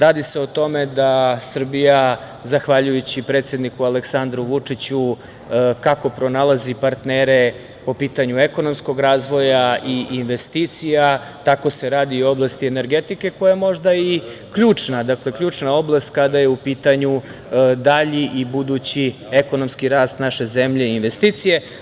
Radi se o tome da Srbija, zahvaljujući predsedniku Aleksandru Vučiću, kako pronalazi partnere po pitanju ekonomskog razvoja i investicija, tako se i radi u oblasti energetike, koja je možda i ključna oblast kada je u pitanju dalji i budući ekonomski rast naše zemlje i investicije.